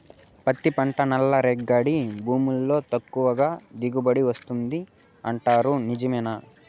పత్తి పంట నల్లరేగడి భూముల్లో ఎక్కువగా దిగుబడి వస్తుంది అంటారు నిజమేనా